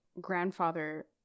grandfather